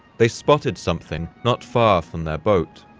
they spotted something not far from their boat.